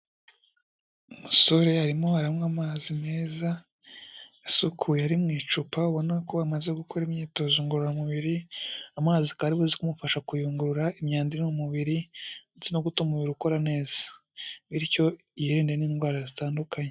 Umusore arimo aranywa amazi meza asukuye, ari mu icupa, ubona ko amaze gukora imyitozo ngororamubiri, amazi akaba aribuze kumufasha kuyungurura imyandaro mu mubiri, ndetse no gutuma umubiri ukora neza, bityo yirinde n'indwara zitandukanye.